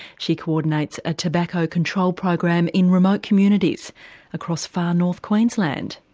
she co-ordinates a tobacco control program in remote communities across far north queensland.